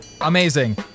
Amazing